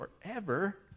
forever